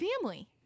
family